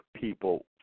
people